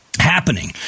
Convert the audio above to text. happening